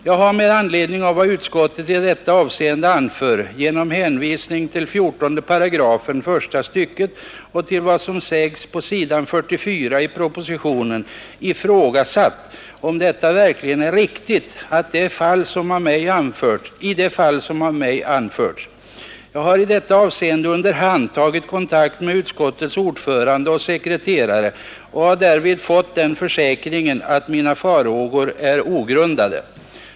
Jag har med anledning av vad utskottet i detta avseende anför genom hänvisning till 14 § första stycket och till vad som sägs på s. 44 i propositionen ifrågasatt om detta verkligen är riktigt i det fall som av mig anförts. Jag har i detta avseende under hand tagit kontakt med utskottets ordförande och sekreterare och därvid fått den försäkran, att mina farhågor är ogrundade.